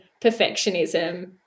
perfectionism